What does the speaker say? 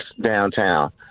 downtown